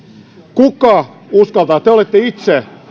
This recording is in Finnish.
kuka uskaltaa puolustaa te olette itse